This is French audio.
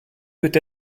peut